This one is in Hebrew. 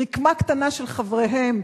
רקמה קטנה של חבריהם